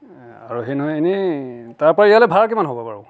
আৰু হেৰি নহয় ইনেই তাৰপৰা ইয়ালৈ ভাড়া কিমান হ'ব বাৰু